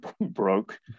broke